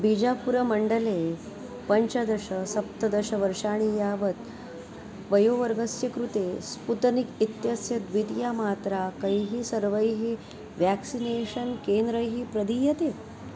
बीजापुरमण्डले पञ्चदश सप्तदशवर्षाणि यावत् वयोवर्गस्य कृते स्पुतनिक् इत्यस्य द्वितीया मात्रा कैः सर्वैः व्याक्सिनेषन् केन्द्रैः प्रदीयते